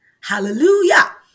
hallelujah